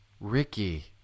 Ricky